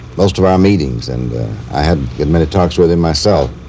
most of our meetings and i had had many talks with him myself.